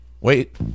Wait